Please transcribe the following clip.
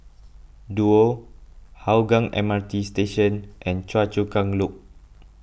Duo Hougang M R T Station and Choa Chu Kang Loop